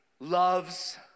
Loves